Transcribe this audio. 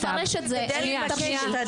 תקציב.